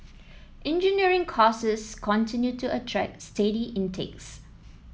engineering courses continue to attract steady intakes